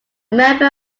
member